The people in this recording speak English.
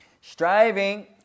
Striving